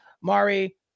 Mari